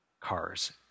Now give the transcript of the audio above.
cars